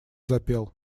запел